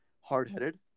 hard-headed